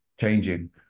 changing